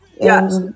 Yes